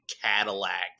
Cadillac